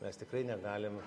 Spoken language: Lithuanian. mes tikrai negalim